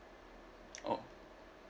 oh